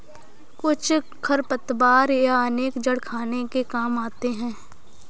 कुछ खरपतवार या उनके जड़ खाने के काम आते हैं